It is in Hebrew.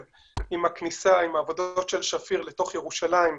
עם הכניסה והעבודות של שפיר לתוך ירושלים,